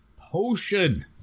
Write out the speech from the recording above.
potion